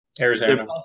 Arizona